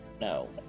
No